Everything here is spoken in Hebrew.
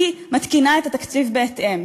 היא מתקינה את התקציב בהתאם.